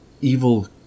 evil